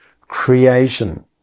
creation